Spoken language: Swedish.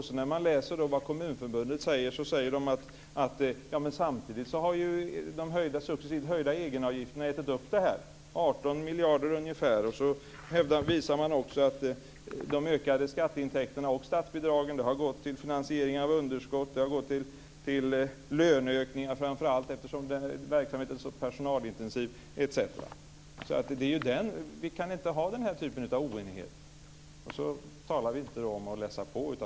Sedan säger Kommunförbundet: Ja, men samtidigt har de successivt höjda egenavgifterna ätit upp detta - 18 miljarder ungefär. Vidare visar man att de ökade skatteintäkterna och statsbidragen har gått till finansiering av underskott, till löneökningar - framför allt eftersom verksamheten är så personalintensiv - etc. Vi kan inte ha den här typen av oenighet. Och tala inte om att läsa på!